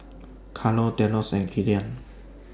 Caro Delos and Killian